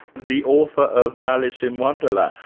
the author of alice in wonderland.